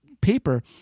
paper